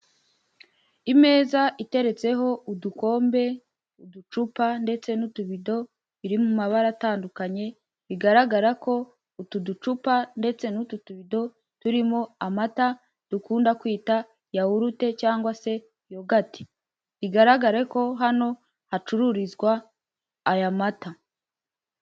Imeza iteretseho udukombe, uducupa ndetse n'utubido biri mu mabara atandukanye, bigaragara ko utuducupa ndetse n'utu tubido turimo amata dukunda kwita yahurute cyangwa se "yogati" bigaragare ko hano hacururizwa aya mata.